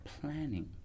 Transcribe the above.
planning